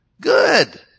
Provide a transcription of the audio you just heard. Good